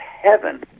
heaven